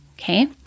Okay